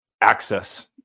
access